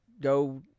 go